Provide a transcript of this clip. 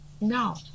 no